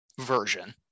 version